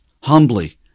humbly